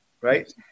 right